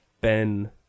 Ben